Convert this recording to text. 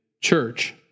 church